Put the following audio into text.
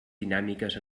dinàmiques